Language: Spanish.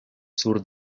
sur